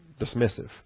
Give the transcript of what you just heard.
dismissive